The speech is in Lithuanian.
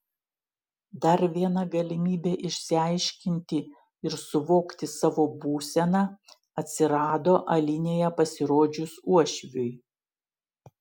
dar viena galimybė išsiaiškinti ir suvokti savo būseną atsirado alinėje pasirodžius uošviui